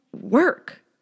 work